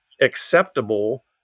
acceptable